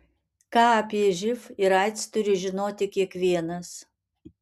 ką apie živ ir aids turi žinoti kiekvienas